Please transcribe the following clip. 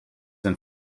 and